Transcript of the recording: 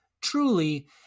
Truly